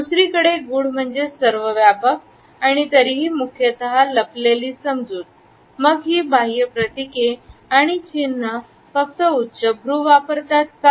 दुसरीकडे गूढ म्हणजे सर्वव्यापक आणि तरीही मुख्यतः लपलेली समजूत मग ही बाह्य प्रतीके आणि चिन्ह फक्त उच्चभ्रू वापरतात का